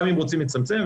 גם אם רוצים לצמצם,